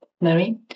Mary